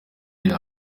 biri